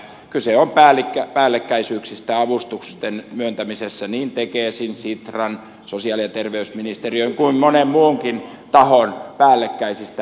kyse on päällekkäisyyksistä avustusten myöntämisessä niin tekesin sitran sosiaali ja terveysministeriön kuin monen muunkin tahon päällekkäisistä avustuksista